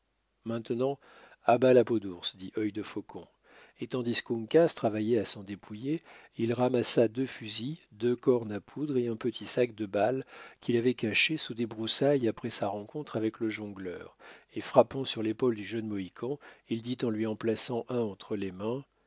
maintenant à bas la peau d'ours dit œil de faucon et tandis qu'uncas travaillait à s'en dépouiller il ramassa deux fusils deux cornes à poudre et un petit sac de balles qu'il avait cachés sous des broussailles après sa rencontre avec le jongleur et frappant sur l'épaule du jeune mohican il dit en lui en plaçant un entre les mains